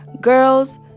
girls